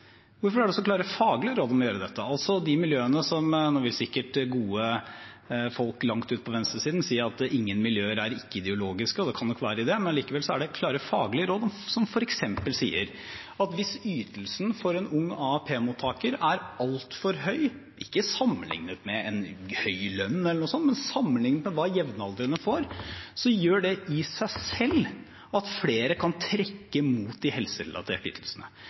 det? Nå vil sikkert gode folk langt ute på venstresiden si at ingen miljøer er ikke-ideologiske, og det kan nok være noe i det, men likevel er det klare faglige råd som f.eks. sier at hvis ytelsen for en ung AAP-mottaker er altfor høy – ikke sammenliknet med en høy lønn eller noe slikt, men sammenliknet med hva jevnaldrende får – gjør det i seg selv at flere kan trekke mot de helserelaterte ytelsene.